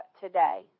today